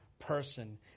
person